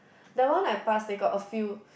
that one I pass they got a few